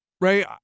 Ray